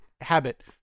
Habit